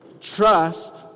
trust